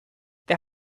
they